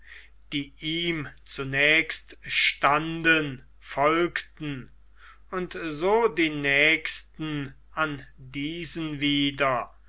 die ihm zunächst standen folgten und so die nächsten an diesen wieder